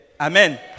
Amen